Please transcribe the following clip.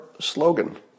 slogan